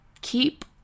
keep